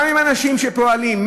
גם אנשים שפועלים,